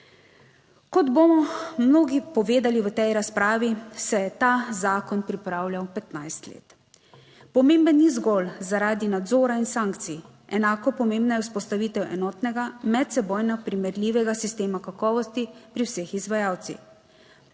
Kot bomo mnogi povedali v tej razpravi, se je ta zakon pripravljal 15 let. Pomemben ni zgolj zaradi nadzora in sankcij, enako pomembna je vzpostavitev enotnega, medsebojno primerljivega sistema kakovosti pri vseh izvajalcih.